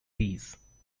peace